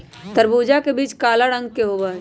तरबूज के बीचा काला रंग के होबा हई